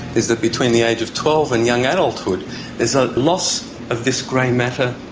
is that between the age of twelve and young adulthood there's a loss of this grey matter.